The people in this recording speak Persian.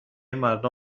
مردم